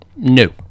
No